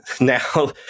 Now